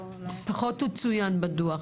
פחות צוין בדוח.